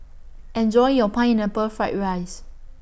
Enjoy your Pineapple Fried Rice